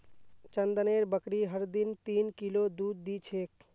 चंदनेर बकरी हर दिन तीन किलो दूध दी छेक